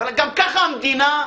אבל גם ככה המדינה,